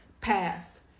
path